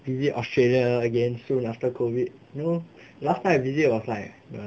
visit australia again soon lah after COVID you know last time I visit was like